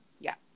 yes